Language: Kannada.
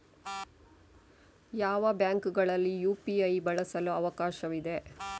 ಯಾವ ಬ್ಯಾಂಕುಗಳಲ್ಲಿ ಯು.ಪಿ.ಐ ಬಳಸಲು ಅವಕಾಶವಿದೆ?